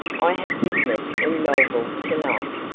i have business in melville tonight,